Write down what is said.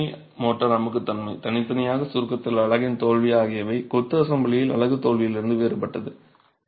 இது வலிமை மோர்டார் அமுக்கத்தன்மை தனித்தனியாக சுருக்கத்தில் அலகின் தோல்வி ஆகியவை கொத்து அசெம்பிளியில் அலகு தோல்வியிலிருந்து வேறுபட்டது